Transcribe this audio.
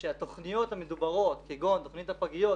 שהתכניות המדוברות כגון תכנית הפגיות,